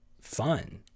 fun